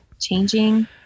changing